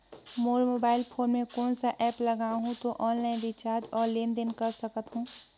मोर mobile phone मे कोन सा एप्प लगा हूं तो ऑनलाइन रिचार्ज और लेन देन कर सकत हू?